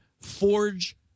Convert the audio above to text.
forge